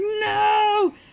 no